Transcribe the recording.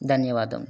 ధన్యవాదములు